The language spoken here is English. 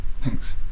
Thanks